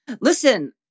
listen